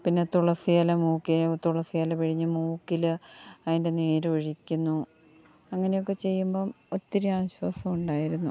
പിന്നെ തുളസിയില മൂക്കിൽ തുളസിയില പിഴിഞ്ഞ് മൂക്കിൽ അതിൻ്റെ നീരൊഴിക്കുന്നു അങ്ങനെയൊക്കെ ചെയ്യുമ്പം ഒത്തിരി ആശ്വാസമുണ്ടായിരുന്നു